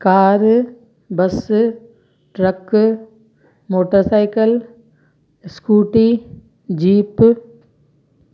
car bus truck motor cycle scooty jeep